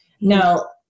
Now